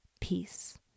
peace